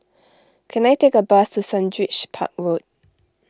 can I take a bus to Sundridge Park Road